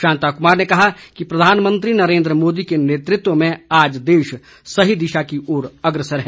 शांता कुमार ने कहा कि प्रधानमंत्री नरेन्द्र मोदी के नेतृत्व में आज देश सही दिशा की ओर अग्रसर है